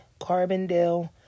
Carbondale